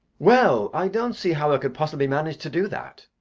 well, i don't see how i could possibly manage to do that.